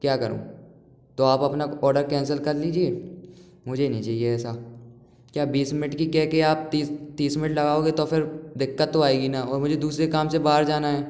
क्या करूँ तो आप अपना ऑर्डर कैंसल कर लीजिए मुझे नहीं चाहिए ऐसा क्या बीस मिनट की कह के आप तीस तीस मिनट लगाओगे तो फिर दिक्कत तो आएगी न और मुझे दूसरे काम से बाहर जाना है